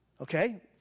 okay